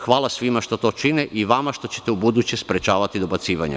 Hvala svima što to čine i vama što ćete ubuduće sprečavati dobacivanja.